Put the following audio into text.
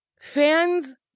Fans